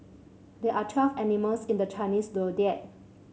there are twelve animals in the Chinese Zodiac